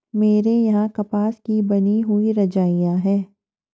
मेरे यहां कपास की बनी हुई रजाइयां है